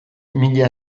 mila